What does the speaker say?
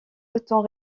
autant